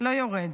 לא יורדים.